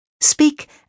Speak